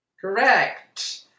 Correct